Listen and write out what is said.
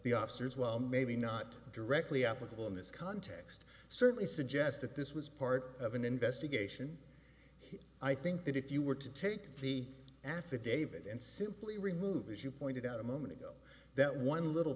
the officers well maybe not directly applicable in this context certainly suggests that this was part of an investigation i think that if you were to take the affidavit and simply remove as you pointed out a moment ago that one little